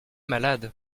malade